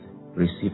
receive